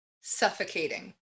suffocating